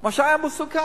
מה שהיה מסוכם.